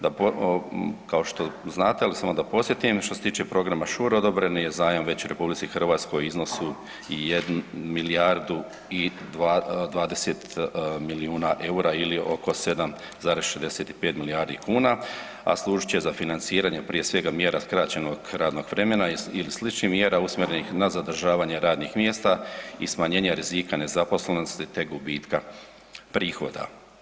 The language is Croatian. Da, kao što znate ali samo da podsjetim što se tiče programe Schur odobren je zajam već RH u iznosu milijardu i 20 milijuna EUR-a ili oko 7,65 milijardi kuna, a služit će za financiranje prije svega mjera skraćenog radnog vremena ili sličnih mjera usmjerenih na zadržavanje radnih mjesta i smanjenje rizika nezaposlenosti te gubitka prihoda.